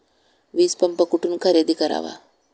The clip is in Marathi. वीजपंप कुठून खरेदी करावा?